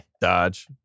Dodge